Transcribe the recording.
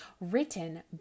written